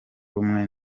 rumwe